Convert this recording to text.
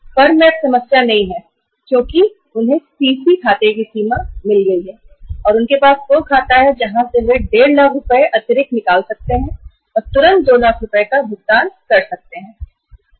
firm में अब समस्या नहीं है क्योंकि उन्हें सीसी लिमिट खाते की सीमा मिल गई है और उनके पास वह खाता है जहां से वह 15 लाख रुपए अतिरिक्त निकाल सकते हैं और तुरंत 2 लाख रुपए का भुगतान पूरा कर सकते हैं